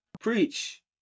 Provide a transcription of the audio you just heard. Preach